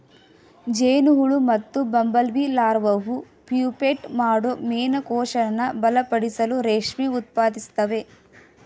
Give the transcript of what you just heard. ಜೇನುಹುಳು ಮತ್ತುಬಂಬಲ್ಬೀಲಾರ್ವಾವು ಪ್ಯೂಪೇಟ್ ಮಾಡೋ ಮೇಣದಕೋಶನ ಬಲಪಡಿಸಲು ರೇಷ್ಮೆ ಉತ್ಪಾದಿಸ್ತವೆ